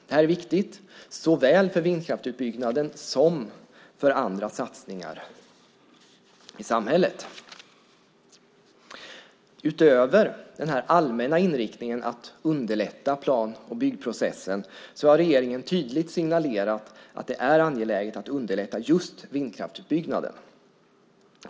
Det här är viktigt såväl för vindkraftsutbyggnaden som för andra satsningar i samhället. Utöver den allmänna inriktningen att underlätta plan och byggprocessen har regeringen tydligt signalerat att det är angeläget att underlätta just vindkraftsutbyggnaden.